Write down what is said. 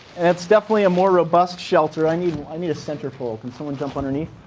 it's definitely a more robust shelter. i need i need a center pole. can someone jump underneath?